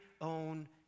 own